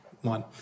one